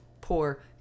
poor